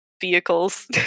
vehicles